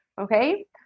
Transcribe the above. okay